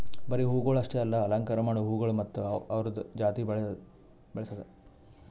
ಬರೀ ಹೂವುಗೊಳ್ ಅಷ್ಟೆ ಅಲ್ಲಾ ಅಲಂಕಾರ ಮಾಡೋ ಹೂಗೊಳ್ ಮತ್ತ ಅವ್ದುರದ್ ಜಾತಿ ಬೆಳಸದ್